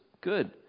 good